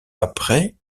après